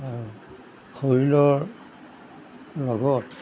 শৰীৰৰ লগত